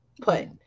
put